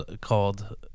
called